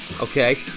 Okay